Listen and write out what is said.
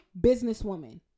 businesswoman